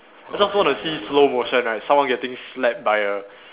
I just want to see slow motion like someone getting slapped by a